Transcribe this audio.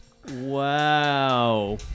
Wow